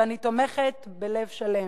ואני תומכת בהן בלב שלם.